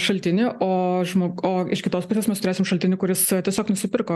šaltinį o žmog o iš kitos pusės mes turėsim šaltinį kuris tiesiog nusipirko